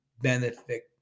benefit